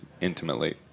intimately